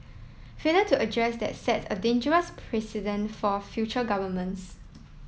failure to address that set a dangerous precedent for future governments